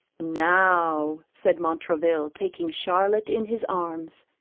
now, said montraville, taking charlotte in his arms,